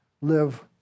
live